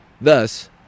Thus